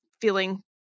feeling